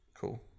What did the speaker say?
cool